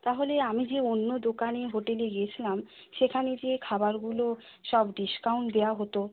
তাহলে আমি যে অন্য দোকানে হোটেলে গিয়েছিলাম সেখানে যে খাবারগুলো সব ডিসকাউন্ট দেওয়া হতো